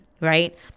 right